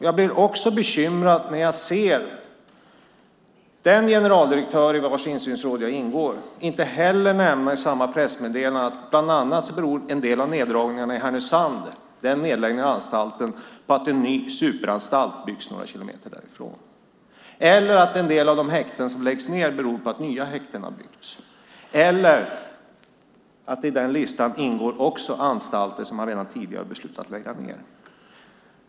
Jag blir också bekymrad när jag ser att den generaldirektör i vars insynsråd jag ingår inte heller nämner i samma pressmeddelande att nedläggningen av anstalten i Härnösand beror på att en ny superanstalt byggts några kilometer därifrån, att nedläggningen av en del häkten beror på att nya häkten har byggts eller att det i listan också ingår anstalter som man redan tidigare har beslutat att lägga ned.